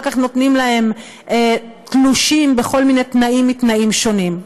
כך נותנים להם תלושים בכל מיני תנאים מתנאים שונים.